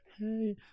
Hey